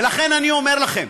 ולכן, אני אומר לכם,